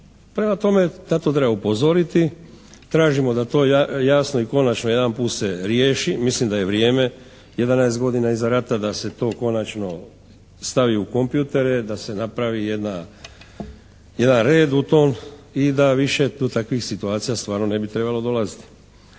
prema tome na to treba upozoriti. Tražimo da to jasno i konačno jedanput se riješi, mislim da je vrijeme 11 godina iza rata da se to konačno stavi u kompjutere, da se napravi jedan red u tome i da više do takvih situacija stvarno ne bi trebalo dolaziti.